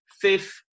fifth